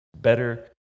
better